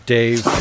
Dave